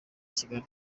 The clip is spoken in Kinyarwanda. kigali